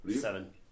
Seven